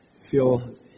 feel